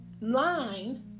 Line